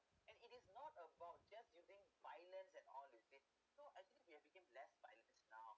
and it is not about just using violence at all you see so as it has became less violence now